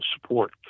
support